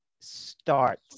start